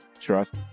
trust